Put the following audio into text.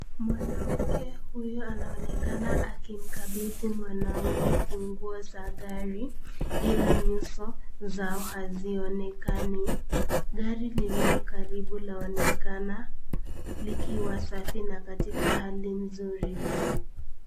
Mwanamke huyo anaonekana akimkabithi mwanaume funguo za gari, ila nyuso zao hazionekani, gari lililo karibu linaonekana likiwa safi na katika hali nzuri.